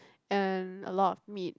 and a lot of meat